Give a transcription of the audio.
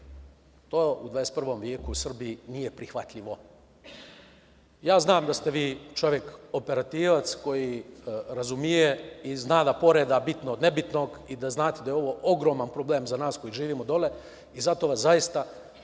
to u 21. veku u Srbiji nije prihvatljivo.17/2 JJ/LŽZnam da ste vi čovek operativac koji razume i zna da poređa bitno od nebitnog i da znate da je ovo ogroman problem za nas koji živimo dole i zato vas zaista pozivam